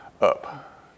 up